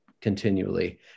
continually